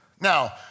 Now